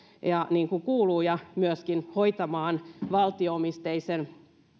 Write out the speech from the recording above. niin kuin kuuluu ja myöskin hoitamaan valtio omisteisen